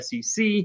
SEC